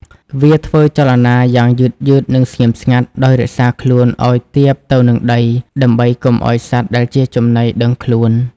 វាធ្វើចលនាយ៉ាងយឺតៗ និងស្ងៀមស្ងាត់ ដោយរក្សាខ្លួនឲ្យទាបទៅនឹងដី ដើម្បីកុំឲ្យសត្វដែលជាចំណីដឹងខ្លួន។